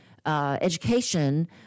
Education